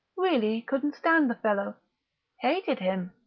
really couldn't stand the fellow hated him,